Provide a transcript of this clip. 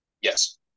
Yes